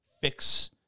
fix